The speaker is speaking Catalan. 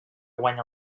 guanya